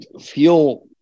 fuel